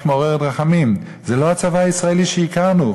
מעוררת רחמים: זה לא הצבא הישראלי שהכרנו,